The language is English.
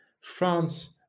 France